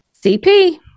CP